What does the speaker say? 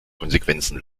konsequenzen